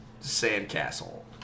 sandcastle